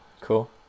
Cool